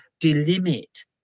delimit